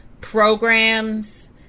programs